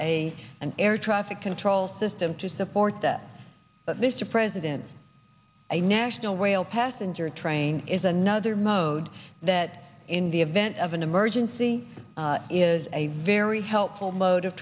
a an air traffic control system to support that but mr president a national rail passenger train is another mode that in the event of an emergency is a very helpful mode of